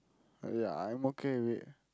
really ah I'm okay with it